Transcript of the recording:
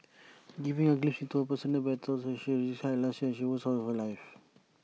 giving A glimpse into her personal battles she described last year as the worst year of her life